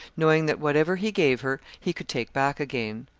knowing that whatever he gave her he could take back again.